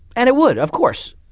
and it would, of course.